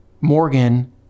Morgan